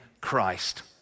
Christ